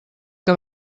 que